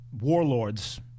warlords